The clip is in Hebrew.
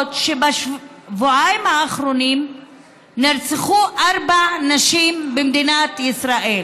יודעות שבשבועיים האחרונים נרצחו ארבע נשים במדינת ישראל.